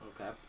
Okay